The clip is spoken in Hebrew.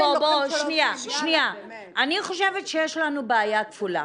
אני חושבת שיש לנו בעיה כפולה.